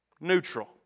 neutral